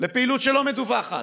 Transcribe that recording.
בפעילות שלא מדווחת.